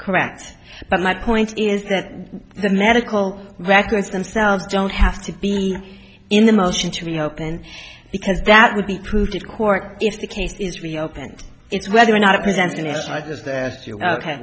correct but my point is that the medical records themselves don't have to be in the motion to reopen because that would be proved in court if the case is reopened it's whether or not